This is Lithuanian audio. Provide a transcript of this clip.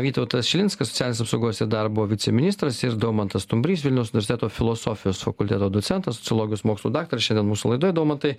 vytautas šilinskas socialinės apsaugos ir darbo viceministras daumantas stumbrys vilniaus universiteto filosofijos fakulteto docentas sociologijos mokslų daktaras šiandien mūsų laidoj daumantai